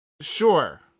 Sure